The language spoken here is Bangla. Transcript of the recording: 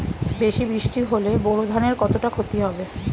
বেশি বৃষ্টি হলে বোরো ধানের কতটা খতি হবে?